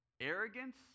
arrogance